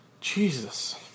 Jesus